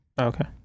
Okay